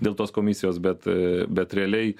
dėl tos komisijos bet aaa bet realiai